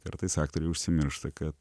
kartais aktoriai užsimiršta kad